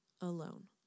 alone